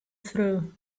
through